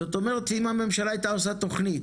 זאת אומרת, אם הממשלה הייתה עושה תכנית,